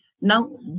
Now